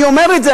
אני אומר את זה,